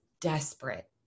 desperate